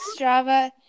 Strava